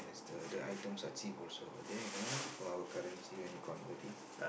the the items are cheap also there you know for our currency and economy